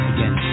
Again